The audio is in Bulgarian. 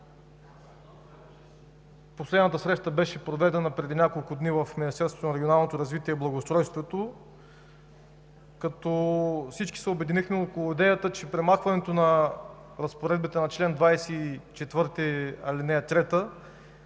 Последната среща беше проведена преди няколко дни в Министерството на регионалното развитие и благоустройството, като всички се обединихме около идеята, че премахването на разпоредбите на чл. 24, ал. 3 няма